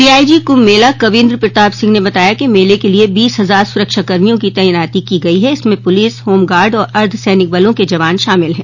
DIG Kumbh Mela Kavindra Pratap Singh ने बताया कि मेले के लिये बीस हजार सुरक्षा कर्मियों की तैनाती की गई है इसमें पुलिस होमगार्ड और अर्द्ध सैनिक बलों के जवान शामिल है